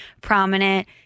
prominent